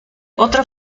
otra